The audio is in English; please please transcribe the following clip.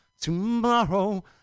tomorrow